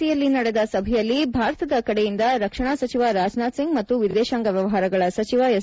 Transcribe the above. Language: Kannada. ಸಿ ಯಲ್ಲಿ ನಡೆದ ಸಭೆಯಲ್ಲಿ ಭಾರತದ ಕಡೆಯಿಂದ ರಕ್ಷಣಾ ಸಚಿವ ರಾಜನಾಥ್ ಸಿಂಗ್ ಮತ್ತು ವಿದೇಶಾಂಗ ವ್ಯವಹಾರಗಳ ಸಚಿವ ಎಸ್